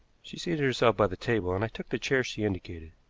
she seated herself by the table, and i took the chair she indicated.